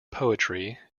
poetry